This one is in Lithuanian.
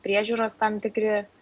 priežiūros tam tikri